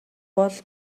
бол